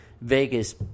Vegas